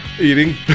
Eating